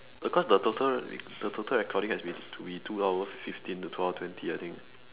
because the total the total recording has to be total two hour fifteen to two hour twenty I think